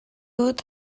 dut